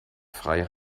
frei